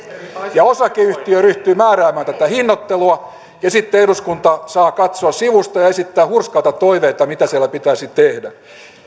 ja osakeyhtiö ryhtyy määräämään tätä hinnoittelua ja sitten eduskunta saa katsoa sivusta ja esittää hurskaita toiveita mitä siellä pitäisi tehdä